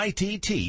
ITT